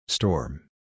Storm